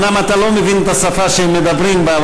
אומנם אתה לא מבין את השפה שהם מדברים בה,